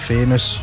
Famous